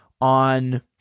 on